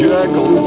Jekyll